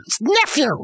nephew